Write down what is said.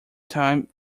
time